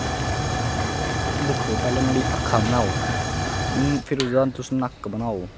दिक्खो पैह्ले नुआढ़ी आक्खां बनाओ फिर ओह्दा तुस नक्क बनाओ